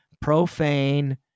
profane